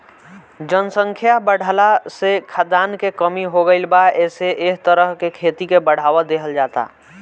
जनसंख्या बाढ़ला से खाद्यान के कमी हो गईल बा एसे एह तरह के खेती के बढ़ावा देहल जाता